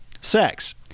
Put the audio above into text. sex